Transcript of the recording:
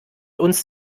uns